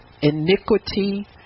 iniquity